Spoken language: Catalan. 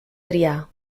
triar